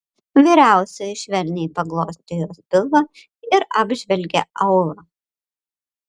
vyriausioji švelniai paglostė jos pilvą ir apžvelgė aulą